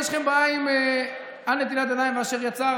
יש לכם בעיה עם "על נטילת ידיים" ו"אשר יצר",